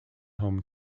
home